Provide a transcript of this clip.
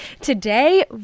today